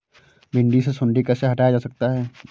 भिंडी से सुंडी कैसे हटाया जा सकता है?